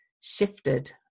shifted